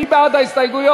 מי בעד ההסתייגויות?